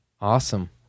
Awesome